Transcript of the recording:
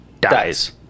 dies